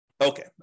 Okay